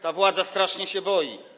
Ta władza strasznie się boi.